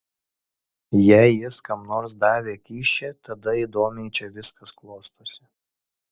jei jis kam nors davė kyšį tada įdomiai čia viskas klostosi